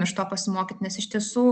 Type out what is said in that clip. iš to pasimokyt nes iš tiesų